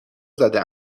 زده